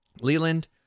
Leland